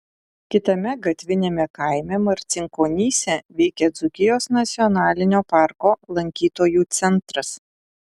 kitame gatviniame kaime marcinkonyse veikia dzūkijos nacionalinio parko lankytojų centras